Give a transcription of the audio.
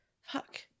Fuck